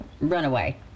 runaway